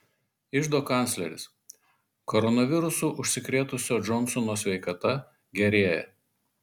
iždo kancleris koronavirusu užsikrėtusio džonsono sveikata gerėja